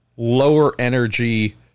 lower-energy